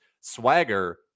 Swagger